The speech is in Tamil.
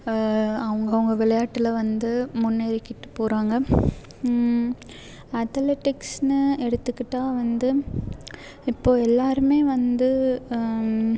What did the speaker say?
அவங்க அவங்க விளையாட்டில் வந்து முன்னேறிக்கிட்டு போகிறாங்க அத்லெட்டிக்ஸ்னு எடுத்துக்கிட்டால் வந்து இப்போது எல்லோருமே வந்து